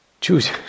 Choose